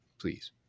Please